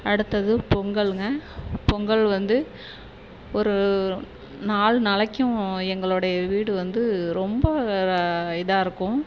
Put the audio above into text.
அடுத்தது பொங்கல்ங்க பொங்கல் வந்து ஒரு நாலு நாளைக்கும் எங்களோடைய வீடு வந்து ரொம்ப இதாக இருக்கும்